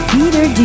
Peter